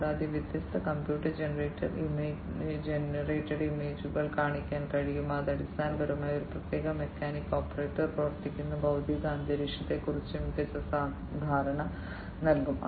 കൂടാതെ വ്യത്യസ്ത computer generated ഇമേജുകൾ കാണിക്കാൻ കഴിയും അത് അടിസ്ഥാനപരമായി ആ പ്രത്യേക മെക്കാനിക്ക് ഓപ്പറേറ്റർ പ്രവർത്തിക്കുന്ന ഭൌതിക അന്തരീക്ഷത്തെക്കുറിച്ച് മികച്ച ധാരണ നൽകും